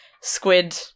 squid